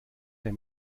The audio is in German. der